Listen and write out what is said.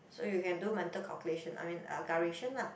so you can do mental calculation I mean agaration lah